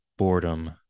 boredom